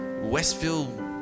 Westfield